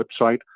website